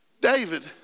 David